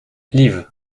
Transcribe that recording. liv